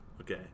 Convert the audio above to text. okay